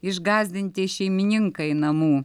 išgąsdinti šeimininkai namų